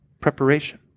Preparation